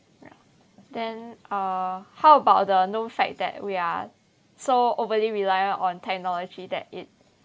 ya then uh how about the known fact that we are so overly reliant on technology that it